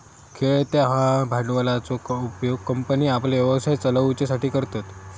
खेळत्या भांडवलाचो उपयोग कंपन्ये आपलो व्यवसाय चलवच्यासाठी करतत